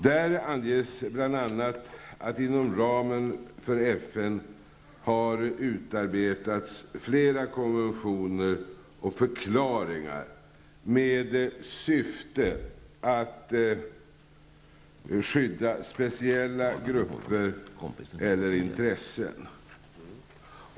Där anges bl.a. att det inom ramen för FN har utarbetats flera konventioner och förklaringar med syfte att skydda speciella grupper eller intressen.